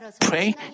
pray